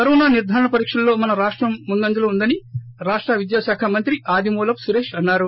corona నిర్దారణ పరీక్షల్లో మన రాష్టం ముందంజలో ఉందని రాష్ట విద్యా శాఖ మంత్రి ఆదిమూలపు సురేష్ అన్సారు